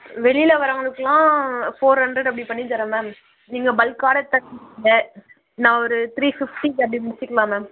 வெளியில் வர்கிறவங்களுக்குலாம் four hundred அப்படி பண்ணித்தரேன் மேம் நீங்கள் பல்க் ஆர்டர் தர்றீங்க நான் ஒரு த்ரீ ஃபிஃப்டி அப்படிக்கு முடிச்சுக்குலாம் மேம்